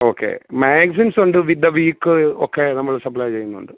okay മാഗസിൻസുണ്ട് with the week ഒക്കെ നമ്മൾ സപ്ലൈ ചെയ്യുന്നുണ്ട്